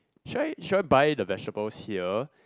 should I should I buy the vegetables here